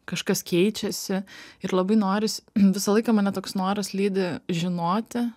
kažkas keičiasi ir labai noris visą laiką mane toks noras lydi žinoti